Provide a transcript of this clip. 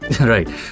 Right